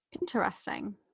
Interesting